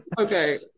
okay